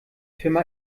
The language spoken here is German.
firma